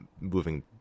moving